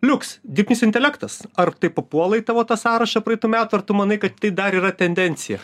liuks dirbtinis intelektas ar papuola į tavo tą sąrašą praeitų metų ar tu manai kad tai dar yra tendencija